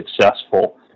successful